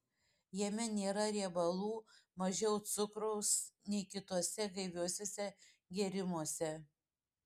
jame nėra riebalų mažiau cukraus nei kituose gaiviuosiuose gėrimuose